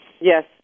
Yes